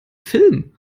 film